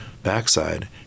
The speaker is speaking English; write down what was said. backside